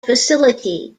facility